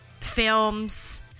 films